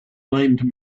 named